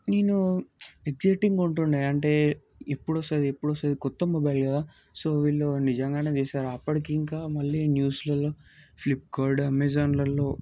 నేను ఎగ్జైటింగ్గా ఉంటుండే అంటే ఎప్పుడు వస్తుంది ఎప్పుడు వస్తుంది కొత్త మొబైల్ కదా సో వీళ్ళు నిజంగానే వేశారు అప్పటికి ఇంకా మళ్ళీ న్యూస్లలో ఫ్లిప్కార్ట్ అమెజాన్లలో